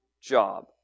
job